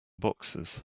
boxes